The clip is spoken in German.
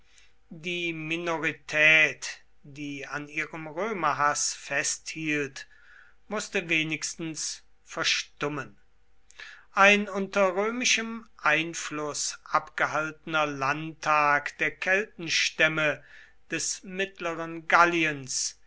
die minorität die an ihrem römerhaß festhielt mußte wenigstens verstummen ein unter römischem einfluß abgehaltener landtag der keltenstämme des mittleren galliens